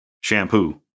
shampoo